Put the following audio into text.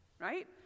right